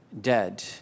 dead